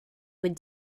would